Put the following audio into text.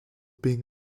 being